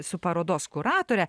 su parodos kuratore